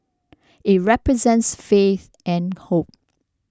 it represents faith and hope